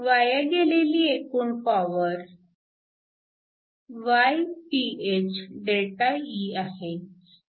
वाया गेलेली एकूण पॉवर γPh ΔE आहे